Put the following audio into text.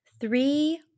three